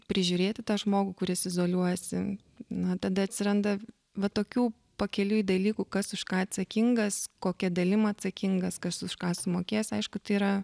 prižiūrėti tą žmogų kuris izoliuojasi na tada atsiranda va tokių pakeliui dalykų kas už ką atsakingas kokia dalim atsakingas kas už ką sumokės aišku tai yra